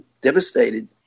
devastated